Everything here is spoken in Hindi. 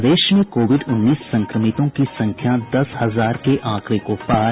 प्रदेश में कोविड उन्नीस संक्रमितों की संख्या दस हजार के आंकड़े को पार